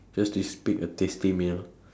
just is pick a tasty meal